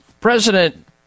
President